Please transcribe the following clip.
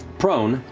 prone,